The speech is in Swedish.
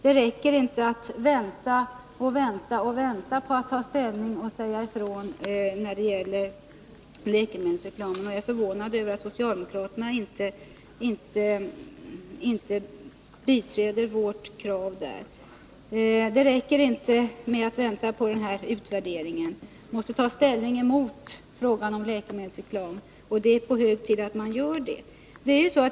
Det duger inte att vänta med att ta ställning när det gäller läkemedelsreklamen. Jag är förvånad över att socialdemokraterna inte biträder vårt krav. Det räcker inte med att vänta på den här utvärderingen. Man måste ta ställning mot läkemedelsreklam, och det är hög tid att man gör det.